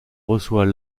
reçoit